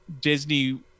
Disney